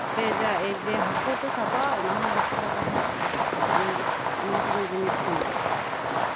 ᱯᱮᱡᱮ ᱦᱟᱹᱠᱩ ᱠᱚ ᱥᱟᱵᱚᱜᱼᱟ ᱚᱱᱟᱦᱚᱸ ᱵᱟᱠᱚ ᱵᱟᱰᱟᱭᱟ ᱱᱚᱝᱠᱟᱱ ᱡᱤᱱᱤᱥ ᱢᱮᱱᱟᱜᱼᱟ